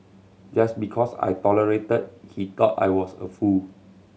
just because I tolerated he thought I was a fool